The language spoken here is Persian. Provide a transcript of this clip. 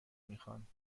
میخواند